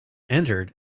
entered